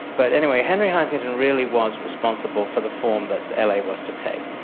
but anyway, henry huntington really was responsible for the form that la was to take.